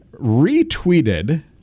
retweeted